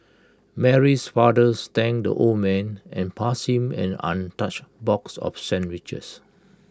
Mary's father thanked the old man and passed him an untouched box of sandwiches